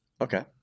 Okay